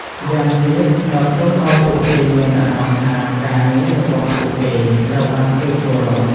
ម្យ៉ាងទៀត ត្រូវធ្វើឱ្យពួកគេមានអារម្មណ៍ថាការងាររបស់ពួកគេត្រូវបានគេគោរព។